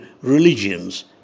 religions